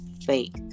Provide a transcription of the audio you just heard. faith